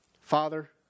Father